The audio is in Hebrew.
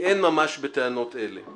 'אין ממש בטענות אלה.